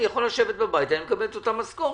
אני יכול לשבת בבית ולקבל את אותה משכורת.